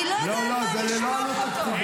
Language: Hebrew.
אני לא יודע על מה לשפוך אותו.